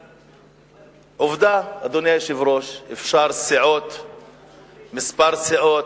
עובדה, אדוני היושב-ראש: אפשר לאחד סיעות,